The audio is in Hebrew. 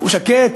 הוא שקט,